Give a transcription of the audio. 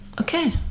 okay